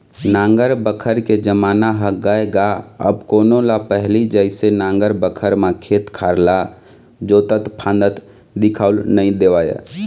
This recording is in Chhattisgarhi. नांगर बखर के जमाना ह गय गा अब कोनो ल पहिली जइसे नांगर बखर म खेत खार ल जोतत फांदत दिखउल नइ देवय